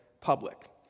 public